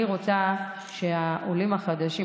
אני רוצה שהעולים החדשים,